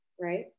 right